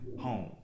home